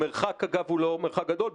אגב, המרחק הוא לא מרחק גדול.